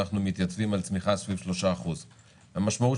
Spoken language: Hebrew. אנחנו מתייצבים על צמיחה סביב 3%. המשמעות